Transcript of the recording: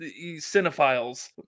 cinephiles